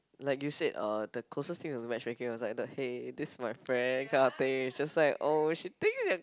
like you said uh the closest thing to match making was like the hey this is my friend kind of thing just like oh she thinks that